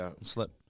slip